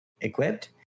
equipped